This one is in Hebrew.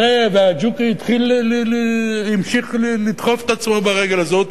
הג'וק המשיך לדחוף את עצמו ברגל הזאת.